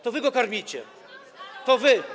to wy go karmicie, to wy.